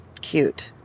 cute